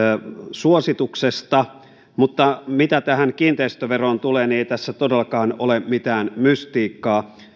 suosituksesta mutta mitä tähän kiinteistöveroon tulee niin ei tässä todellakaan ole mitään mystiikkaa